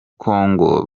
kongo